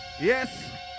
Yes